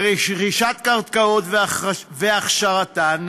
לרכישת קרקעות ולהכשרתן